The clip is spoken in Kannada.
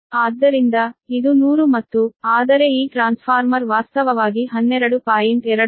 ಆದ್ದರಿಂದ ಇದು 100 ಮತ್ತು ಆದರೆ ಈ ಟ್ರಾನ್ಸ್ಫಾರ್ಮರ್ ವಾಸ್ತವವಾಗಿ 12